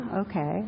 okay